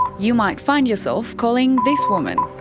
you might find yourself calling this woman.